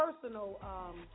personal